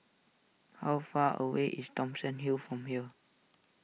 how far away is Thomson Hill from here